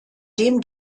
dem